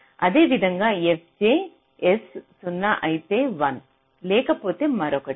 అదేవిధంగా fj s 0 అయితే 1 లేకపోతే మరొకటి